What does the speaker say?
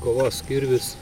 kovos kirvis